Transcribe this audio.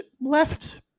left